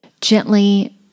gently